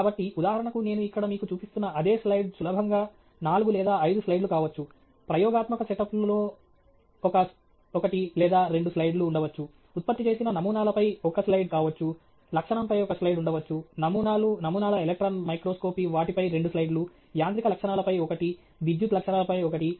కాబట్టి ఉదాహరణకు నేను ఇక్కడ మీకు చూపిస్తున్న అదే స్లయిడ్ సులభంగా నాలుగు లేదా ఐదు స్లైడ్లు కావచ్చు ప్రయోగాత్మక సెటప్లో ఒకటి లేదా రెండు స్లైడ్లు ఉండవచ్చు ఉత్పత్తి చేసిన నమూనాలపై ఒక స్లైడ్ కావచ్చు లక్షణంపై ఒక స్లైడ్ ఉండవచ్చు నమూనాలు నమూనాల ఎలక్ట్రాన్ మైక్రోస్కోపీ వాటి పై రెండు స్లైడ్లు యాంత్రిక లక్షణాలపై ఒకటి విద్యుత్ లక్షణాలపై ఒకటి